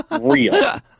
Real